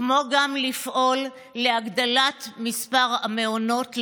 כמו גם לפעול להגדלת מספר המעונות,